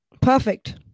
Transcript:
perfect